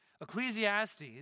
Ecclesiastes